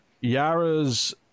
Yara's